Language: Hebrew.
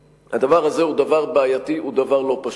הדבר הזה הוא דבר בעייתי והוא דבר לא פשוט.